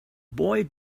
boy